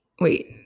Wait